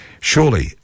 Surely